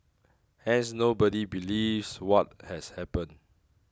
hence nobody believes what has happened